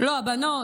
לא הבנות,